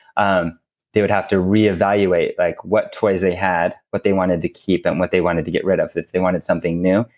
um they would have to reevaluate like what toys they had. what they wanted to keep and what they wanted to get rid of. if they wanted something new,